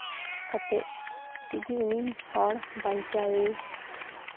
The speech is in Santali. ᱠᱟᱛᱮ ᱛᱮᱜᱮ ᱦᱚᱲ ᱵᱟᱧᱪᱟᱣᱮ